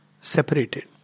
separated